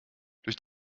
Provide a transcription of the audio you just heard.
durch